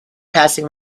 passing